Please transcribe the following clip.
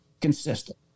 consistent